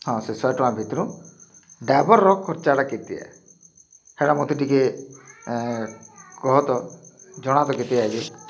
ହଁ ସେ ଶହେଟଙ୍କା ଭିତ୍ରୁ ଡ୍ରାଇଭର୍ ଖର୍ଚ୍ଚାଟା କେତେ ସେଟା ମତେ ଟିକେ ଜଣାତ କେତେ